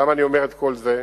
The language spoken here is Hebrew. למה אני אומר את כל זה?